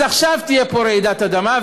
אז עכשיו תהיה פה רעידת אדמה.